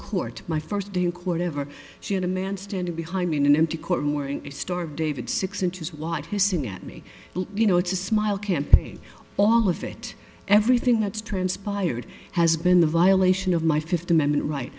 court my first day in court ever she had a man standing behind me in an empty courtroom wearing a star of david six inches wide hissing at me you know it's a smile campaign all of it everything that's transpired has been the violation of my fifth amendment right